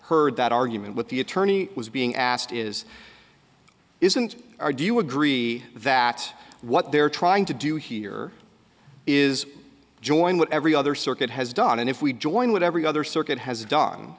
heard that argument with the attorney was being asked is isn't or do you agree that what they're trying to do here is join what every other circuit has done and if we join what every other circuit has